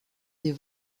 des